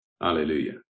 Hallelujah